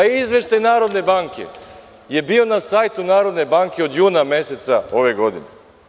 Izveštaj Narodne banke je bio na sajtu Narodne banke od juna meseca ove godine.